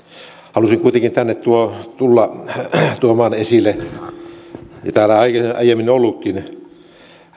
halusin kuitenkin tänne tulla tuomaan esille ongelman joka täällä aiemmin on ollutkin